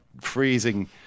freezing